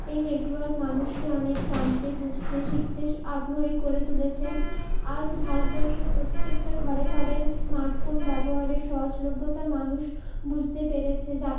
এই নেটওয়ার্ক মানুষকে অনেক জানতে বুঝতে শিখতে আগ্রহী করে তুলেছে আজ ভারতবর্ষের প্রত্যেকটা ঘরে ঘরে স্মার্টফোন ব্যবহারের সহজলভ্যতা মানুষ বুঝতে পেরেছে যা